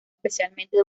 especialmente